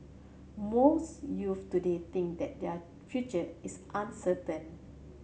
most youths today think that their future is uncertain